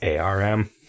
ARM